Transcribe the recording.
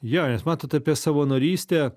jo nes matot apie savanorystę